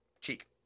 cheek